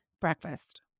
breakfast